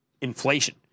Inflation